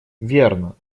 верно